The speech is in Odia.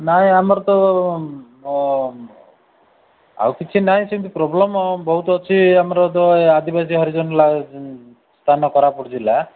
ନାଇଁ ଆମର ତ ଆଉ କିଛି ନାହିଁ ସେମିତି ପ୍ରୋବ୍ଲେମ୍ ବହୁତ ଅଛି ଆମର ତ ଏ ଆଦିବାସୀ ହରିଜନ ଲା ସ୍ଥାନ କୋରାପୁଟ ଜିଲ୍ଲା